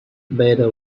beta